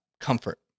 comfort